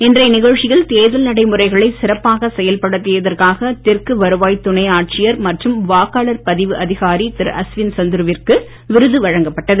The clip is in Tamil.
இன்றைய நிகழ்ச்சியில் தேர்தல் நடைமுறைகளை சிறப்பாக செயல்படுத்தியதற்காக தெற்கு வருவாய் துணை ஆட்சியர் மற்றும் வாக்காளர் பதிவு அதிகாரி திரு அஸ்வின் சந்துருவிற்கு விருது வழங்கப்பட்டது